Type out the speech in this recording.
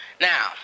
Now